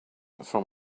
from